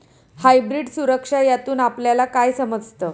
Hybrid सुरक्षा यातून आपल्याला काय समजतं?